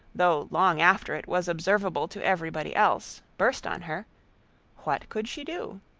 though long after it was observable to everybody else burst on her what could she do?